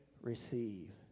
receive